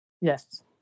Yes